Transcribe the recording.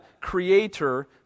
Creator